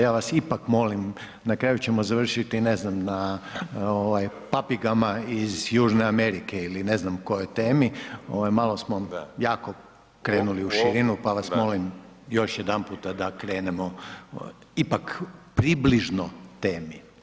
Ja vas ipak molim, na kraju ćemo završiti, ne znam na papigama iz Južne Amerike ili ne znam kojoj temi, malo smo, jako krenuli u širinu pa vas molim još jedanput da krenemo ipak približno temi.